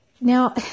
Now